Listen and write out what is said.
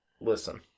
Listen